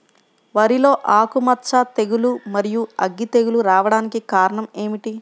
వరిలో ఆకుమచ్చ తెగులు, మరియు అగ్గి తెగులు రావడానికి కారణం ఏమిటి?